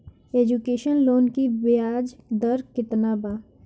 Education loan की ब्याज दर केतना बा?